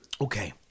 Okay